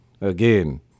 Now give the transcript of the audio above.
Again